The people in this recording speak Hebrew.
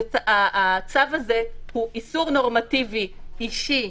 הצו הזה הוא איסור נורמטיבי אישי,